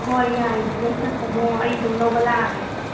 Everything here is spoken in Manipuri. ꯍꯣꯏ ꯌꯥꯏꯌꯦ ꯂꯣꯏꯁꯜꯂꯝꯃꯣ ꯑꯩ ꯑꯗꯨꯝ ꯂꯧꯕ ꯂꯥꯛꯑꯒꯦ ꯑꯗꯨꯗꯤ